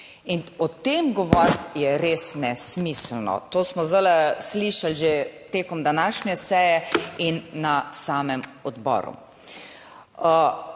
In o tem govoriti je res nesmiselno, to smo zdaj slišali že tekom današnje seje in na samem odboru.